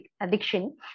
addiction